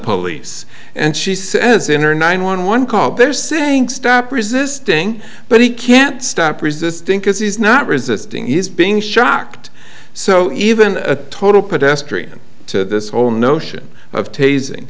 police and she says in her nine one one call they're saying stop resisting but he can't stop resisting because he's not resisting he's being shocked so even a total pedestrian to this whole notion of tasing